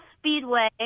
Speedway